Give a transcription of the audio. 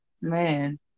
man